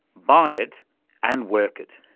buy it and work it.